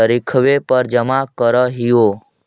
तरिखवे पर जमा करहिओ?